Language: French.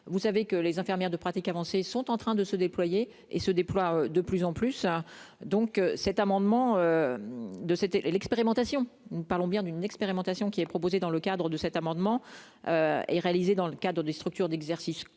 vous savez que les infirmières de pratique avancée sont en train de se déployer et se déploie de plus en plus donc cet amendement. De c'était l'expérimentation, nous parlons bien d'une expérimentation qui est proposée dans le cadre de cet amendement est réalisé dans le cadre des structures d'exercice